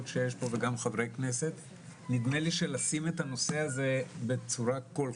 ויש פה 80 משרות של פסיכיאטרים שצריך לומר שלא